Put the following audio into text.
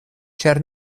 ĉar